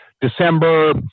December